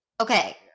Okay